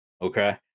Okay